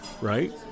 right